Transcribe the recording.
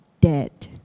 dead